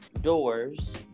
doors